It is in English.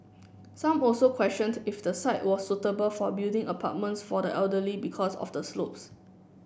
some also questioned if the site was suitable for building apartments for the elderly because of the slopes